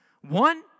One